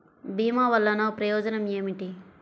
భీమ వల్లన ప్రయోజనం ఏమిటి?